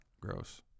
gross